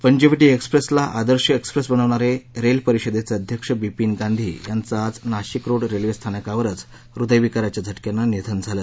पंचवटी एक्सप्रेसला आदर्श एक्सप्रेस बनविणारे रेल परिषदेचे अध्यक्ष बिपीन गांधी यांचं आज नाशिकरोड रेल्वे स्थानकावरच हृदयविकाराच्या झटक्यानं निधन झालं